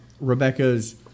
Rebecca's